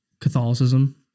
Catholicism